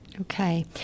Okay